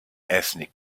ethnic